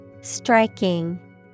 Striking